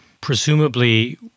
Presumably